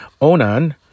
Onan